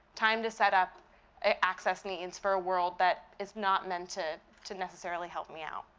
time to set up access needs for a world that is not meant to to necessarily help me out.